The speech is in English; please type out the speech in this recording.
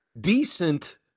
decent